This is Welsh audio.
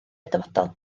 dyfodol